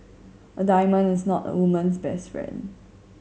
a diamond is not a woman's best friend